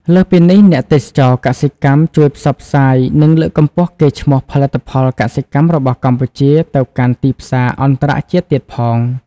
លើសពីនេះ អ្នកទេសចរណ៍កសិកម្មជួយផ្សព្វផ្សាយ និងលើកកម្ពស់កេរ្តិ៍ឈ្មោះផលិតផលកសិកម្មរបស់កម្ពុជាទៅកាន់ទីផ្សារអន្តរជាតិទៀតផង ។